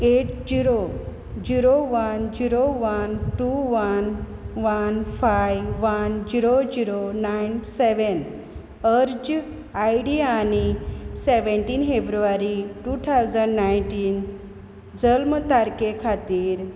eight zero zero one zero one two one one five one zero zero nine seven अर्ज I D आनी seventeen February two thousand nineteen जल्म तारखे खातीर